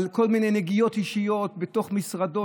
על כל מיני נגיעות אישיות בתוך משרדו,